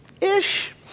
ish